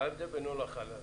מה ההבדל בין הולכה להזרמה?